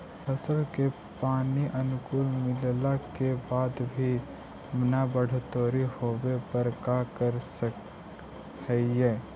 फसल के पानी अनुकुल मिलला के बाद भी न बढ़ोतरी होवे पर का कर सक हिय?